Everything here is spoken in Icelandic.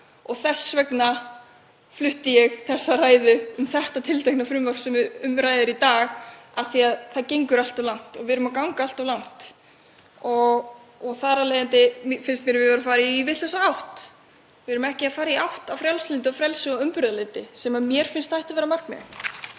Þess vegna flutti ég þessa ræðu um þetta tiltekna frumvarp sem um ræðir í dag, af því að það gengur allt of langt og við erum að ganga allt of langt. Þar af leiðandi finnst mér við vera að fara í vitlausa átt. Við erum ekki að fara í átt að frjálslyndi og frelsi og umburðarlyndi sem mér finnst að ætti að vera markmiðið.